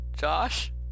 Josh